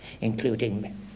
including